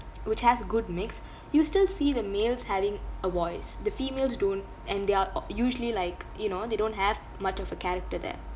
which has good mix you still see the males having a voice the females don't and there are o~ usually like you know they don't have much of a character there